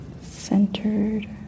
centered